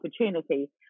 opportunity